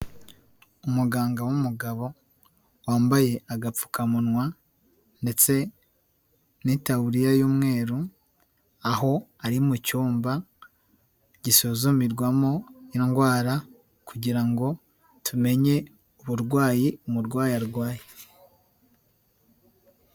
Umuganga w'umugabo wambaye agapfukamunwa ndetse n'itawuriya y'umweru, aho ari mucyumba gisuzumirwamo indwara kugira ngo tumenye uburwayi umurwayi arwaye.